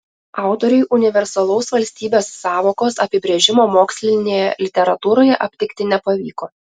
autoriui universalaus valstybės sąvokos apibrėžimo mokslinėje literatūroje aptikti nepavyko